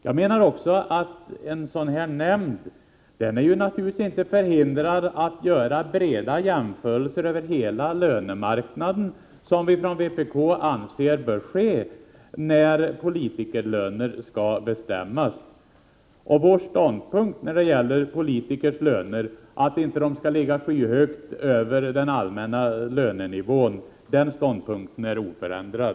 Jag menar också att en sådan statsrådslönenämnd naturligtvis inte är förhindrad att göra breda jämförelser över hela lönemarknaden, vilket vi från vpk anser bör ske när politikerlöner skall bestämmas. Vår ståndpunkt när det gäller politikers löner — att de inte skall ligga skyhögt över den allmänna lönenivån — är oförändrad.